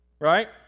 Right